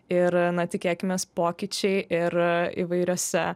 ir na tikėkimės pokyčiai ir įvairiuose